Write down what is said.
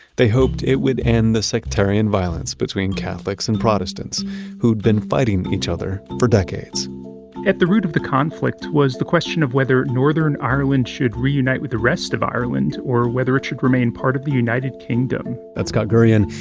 they hoped it would end the sectarian violence between catholics and protestants who'd been fighting each other for decades at the root of the conflict was the question, of whether northern ireland should reunite with the rest of ireland, or whether it should remain part of the united kingdom that's scott gurian.